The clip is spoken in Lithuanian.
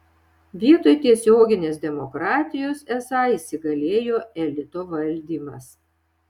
vietoj tiesioginės demokratijos esą įsigalėjo elito valdymas